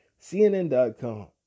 CNN.com